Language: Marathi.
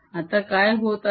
आता काय होत आहे